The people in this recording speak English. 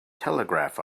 telegraph